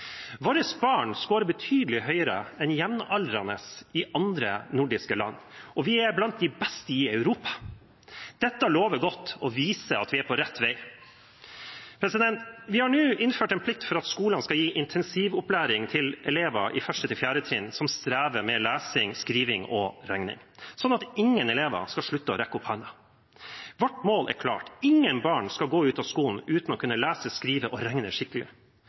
Våre barn skårer betydelig høyere enn jevnaldrende i andre nordiske land. Vi er blant de beste i Europa. Dette lover godt og viser at vi er på rett vei. Vi har nå innført en plikt til at skolene skal gi intensivopplæring til elever i 1.–4. trinn som strever med lesing, skriving og regning, slik at ingen elever skal slutte å rekke opp hånden. Vårt mål er klart: Ingen barn skal gå ut av skolen uten å kunne lese, skrive og